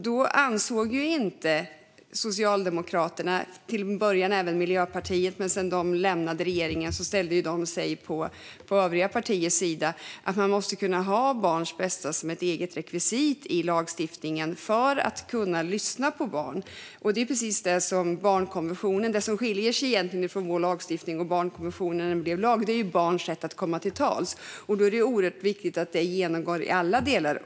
Då ansåg inte Socialdemokraterna och till en början inte heller Miljöpartiet - när man sedan lämnade regeringen ställde man sig på övriga partiers sida - att man måste ha barns bästa som ett eget rekvisit i lagstiftningen för att kunna lyssna på barn. Det som skiljer vår lagstiftning från barnkonventionen när den blev lag är ju barns rätt att komma till tals. Det är alltså oerhört viktigt att detta går igenom alla delar.